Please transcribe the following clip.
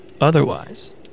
Otherwise